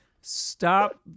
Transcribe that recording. stop